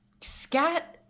scat